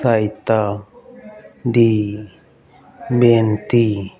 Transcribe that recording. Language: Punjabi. ਸਹਾਇਤਾ ਦੀ ਬੇਨਤੀ